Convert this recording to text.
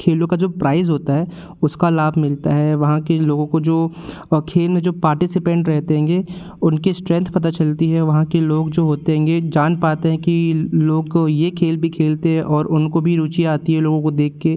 खेलों का जो प्राइज़ होता है उसका लाभ मिलता है वहाँ के लोगों को जाे खेल में जो पार्टिसिपेंट रहते हैंगे उनकी स्ट्रेंथ पता चलती है वहाँ के लोग जो होते हैंगे जान पाते हैं कि लोग को यह खेल भी खेलते हैं और उनको भी रुचि आती है लोगों को देख कर